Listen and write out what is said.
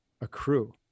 accrue